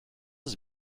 his